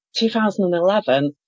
2011